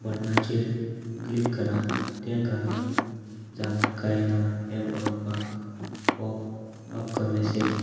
बटनाचेर click करात तें घालून जालां काय ना हें पळोवपाक पॉपअप का मेसेज